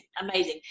amazing